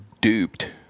duped